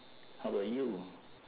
how about you